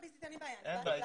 אין לי בעיה עם זה.